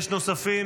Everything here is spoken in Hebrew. יש נוספים?